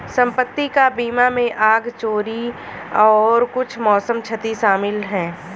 संपत्ति का बीमा में आग, चोरी और कुछ मौसम क्षति शामिल है